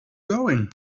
going